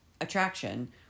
attraction